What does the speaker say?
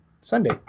Sunday